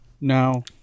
Now